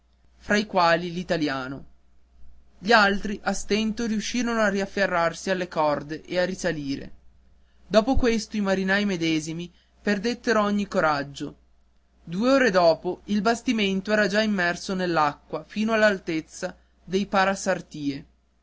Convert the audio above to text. fra i quali l'italiano gli altri a stento riuscirono a riafferrarsi alle corde e a risalire dopo questo i marinai medesimi perdettero ogni coraggio due ore dopo il bastimento era già immerso nell'acqua fino all'altezza dei parasartie uno